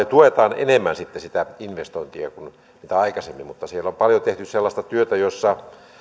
tuetaan enemmän sitten sitä investointia kuin mitä aikaisemmin mutta siellä on paljon tehty sellaista työtä jossa